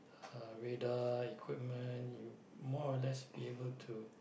uh radar equipment you more or less be able to